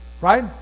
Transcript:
Right